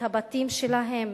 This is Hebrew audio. את הבתים שלהם,